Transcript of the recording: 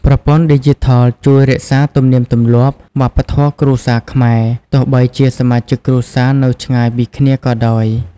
ប្រព័ន្ធឌីជីថលជួយរក្សាទំនៀមទម្លាប់ វប្បធម៌គ្រួសារខ្មែរ ទោះបីជាសមាជិកគ្រួសារនៅឆ្ងាយពីគ្នាក៏ដោយ។